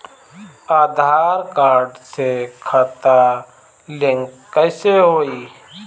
आधार card से खाता link कईसे होई?